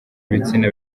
ibitsina